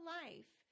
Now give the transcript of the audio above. life